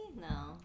No